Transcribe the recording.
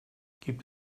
gibt